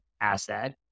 asset